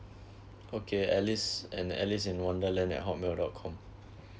okay alice and alice in wonderland at hotmail dot com